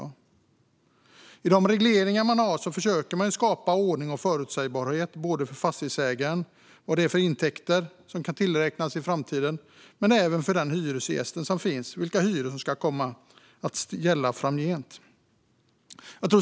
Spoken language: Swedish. Genom regleringarna försöker man skapa ordning och förutsägbarhet för såväl fastighetsägaren vad gäller framtida intäkter som hyresgästerna vad gäller vilka hyror som ska gälla framgent.